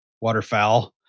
waterfowl